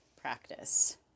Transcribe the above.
practice